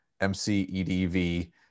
mcedv